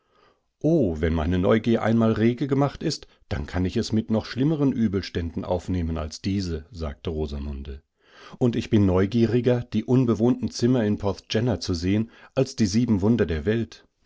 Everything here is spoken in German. wenn meine neugier einmal rege gemacht ist dann kann ich es mit noch schlimmeren übelständen aufnehmen als diese sagte rosamunde und ich bin neugieriger die unbewohnten zimmer in porthgenna zu sehen als die sieben wunder der welt